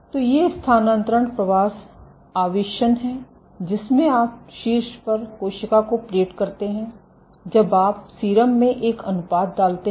तो ये स्थानांतरण प्रवास आवेषण हैं जिसमें आप शीर्ष पर कोशिका को प्लेट करते हैं जब आप सीरम में एक अनुपात डालते हैं